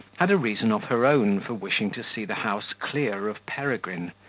had a reason of her own for wishing to see the house clear of peregrine,